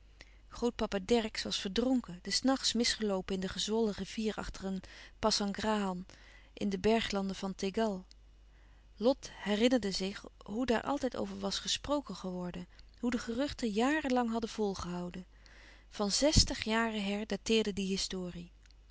grootpapa dercksz was verdronken des nachts misgeloopen in de gezwollen rivier achter een pasangrahan in de berglanden van tegal lot herinnerde zich hoe daar altijd over was gesproken geworden hoe de geruchten jaren lang hadden volgehouden van zestig jaren her dateerde die historie